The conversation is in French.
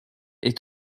est